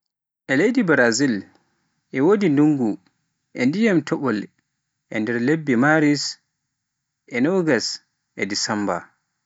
E leydi Brazil e wodi ndungu e dyiman topol e nder lebbe Maris e nogas e Desemba